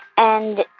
and,